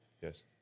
Yes